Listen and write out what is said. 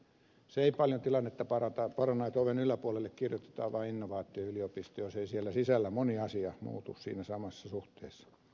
se ei paljon tilannetta paranna että oven yläpuolelle kirjoitetaan vaan innovaatioyliopisto jos ei siellä sisällä moni asia muutu siinä samassa suhteessa